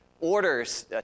orders